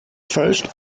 first